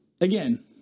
again